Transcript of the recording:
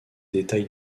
détails